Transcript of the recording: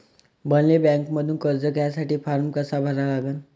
मले बँकेमंधून कर्ज घ्यासाठी फारम कसा भरा लागन?